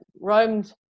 roamed